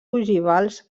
ogivals